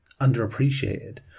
underappreciated